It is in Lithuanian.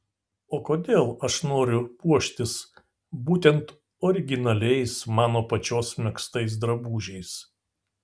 o kodėl aš noriu puoštis būtent originaliais mano pačios megztais drabužiais